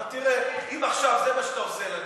אם עכשיו זה מה שאתה עושה לנו,